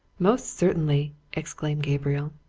most certainly! exclaimed gabriel.